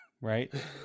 Right